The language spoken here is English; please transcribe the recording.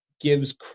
gives